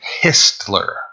Histler